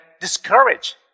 discourage